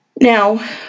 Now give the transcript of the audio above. Now